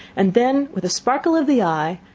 and then, with a sparkle of the eye,